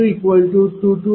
तर m223